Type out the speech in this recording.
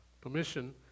Permission